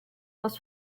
was